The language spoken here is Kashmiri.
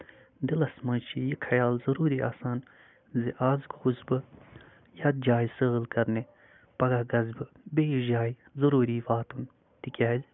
دِلَس منٛز چھُ یہِ خیال ضروٗری آسان زِ آز گوس بہٕ پرٮ۪تھ جایہِ سٲل کَرنہِ پَگہہ گژھٕ بہٕ بیٚیہِ کِس جایہِ ضروٗری وَتُن تِکیازِ یُس